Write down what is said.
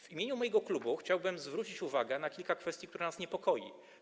W imieniu mojego klubu chciałbym zwrócić uwagę na kilka kwestii, które nas niepokoją.